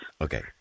Okay